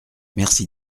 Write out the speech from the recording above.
merci